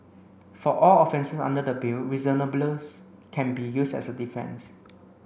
for all offences under the bill can be used as a defence